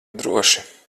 droši